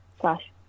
slash